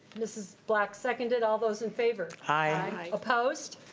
mrs. black seconded. all those in favor? aye. opposed?